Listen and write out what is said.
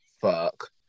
fuck